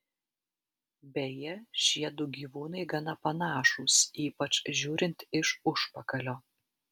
beje šiedu gyvūnai gana panašūs ypač žiūrint iš užpakalio